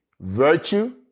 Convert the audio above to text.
virtue